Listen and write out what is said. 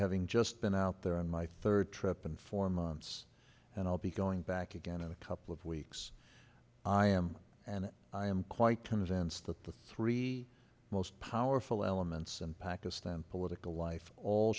having just been out there on my third trip in four months and i'll be going back again in a couple of weeks i am and i am quite convinced that the three most powerful elements in pakistan political life all